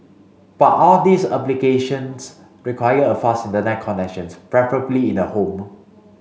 but all these applications require a fast Internet connections preferably in the home